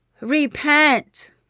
Repent